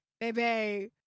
baby